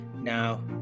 now